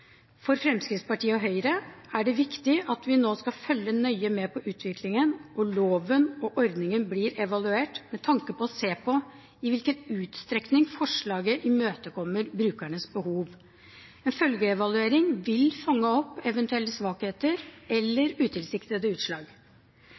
For Fremskrittspartiet og Høyre er det viktig at vi nå følger nøye med på utviklingen, og at loven og ordningen blir evaluert med tanke på å se på i hvilken utstrekning forslaget imøtekommer brukernes behov. En følgeevaluering vil fange opp eventuelle svakheter eller